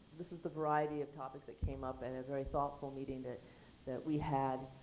this was the variety of topics that came up at a very thoughtful meeting that that we had,